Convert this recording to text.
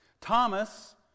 Thomas